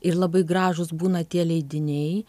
ir labai gražūs būna tie leidiniai